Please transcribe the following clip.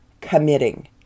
committing